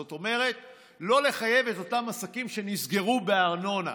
זאת אומרת לא לחייב את אותם עסקים שנסגרו בארנונה.